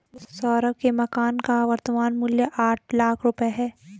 सौरभ के मकान का वर्तमान मूल्य आठ लाख रुपये है